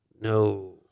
No